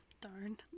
Darn